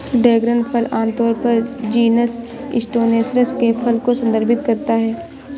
dragon फल आमतौर पर जीनस स्टेनोसेरेस के फल को संदर्भित करता है